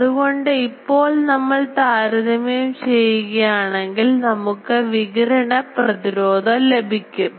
അതുകൊണ്ട് ഇപ്പോൾ നമ്മൾ താരതമ്യം ചെയ്യുകയാണെങ്കിൽനമുക്ക് വികിരണ പ്രതിരോധം ലഭിക്കും